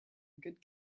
good